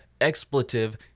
expletive